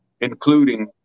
including